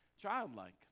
childlike